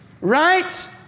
Right